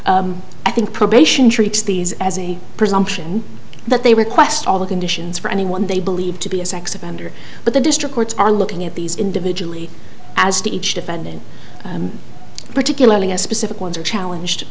these as a presumption that they request all the conditions for anyone they believe to be a sex offender but the district courts are looking at these individually as to each defendant particularly as specific ones are challenged